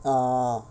oh